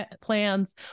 plans